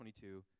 22